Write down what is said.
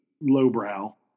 lowbrow